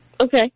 Okay